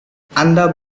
anda